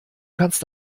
kannst